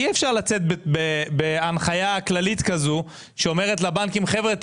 אי אפשר לצאת בהנחיה כללית כזאת שאומרת לבנקים חבר'ה,